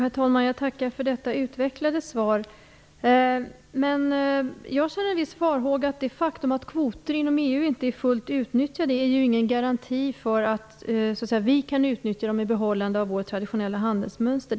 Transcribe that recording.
Fru talman! Jag tackar för detta utvecklade svar. Men jag känner en viss farhåga. Det faktum att kvoter inom EU inte är fullt utnyttjade är ju ingen garanti för att vi kan utnyttja dem med behållande av vårt traditionella handelsmönster.